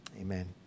amen